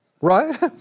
right